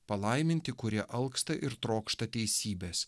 palaiminti kurie alksta ir trokšta teisybės